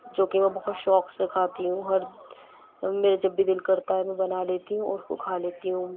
جو کہ میں بہت شوق سے کھاتی ہوں ہر میرا جب بھی دِل کرتا ہے میں بنا لیتی ہوں اور اُس کو کھا لیتی ہوں